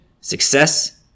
success